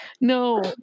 No